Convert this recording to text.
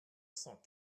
cent